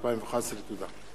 לפי סעיף 121 לתקנון הכנסת.